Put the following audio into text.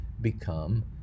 become